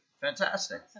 Fantastic